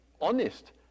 honest